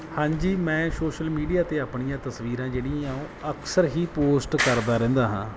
ਹਾਂਜੀ ਮੈਂ social media 'ਤੇ ਆਪਣੀਆਂ ਤਸਵੀਰਾਂ ਜਿਹੜੀਆਂ ਉਹ ਅਕਸਰ ਹੀ ਪੋਸਟ ਕਰਦਾ ਰਹਿੰਦਾ ਹਾਂ